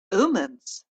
omens